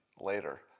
later